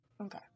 okay